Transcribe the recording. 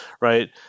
Right